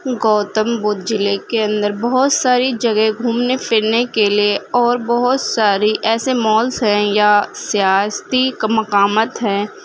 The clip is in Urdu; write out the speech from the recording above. گوتم بدھ ضلعے کے اندر بہت ساری جگہ گھومنے پھرنے کے لیے اور بہت ساری ایسے مالس ہیں یا سیاستی کا مقامت ہیں